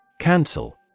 Cancel